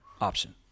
option